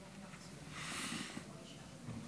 שאנחנו כאן מדברות